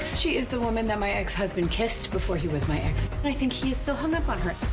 she is the woman that my ex-husband kissed before he was my ex-husband. i think he is still hung up on her.